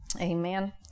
Amen